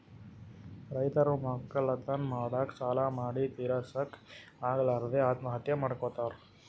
ರೈತರ್ ವಕ್ಕಲತನ್ ಮಾಡಕ್ಕ್ ಸಾಲಾ ಮಾಡಿ ತಿರಸಕ್ಕ್ ಆಗಲಾರದೆ ಆತ್ಮಹತ್ಯಾ ಮಾಡ್ಕೊತಾರ್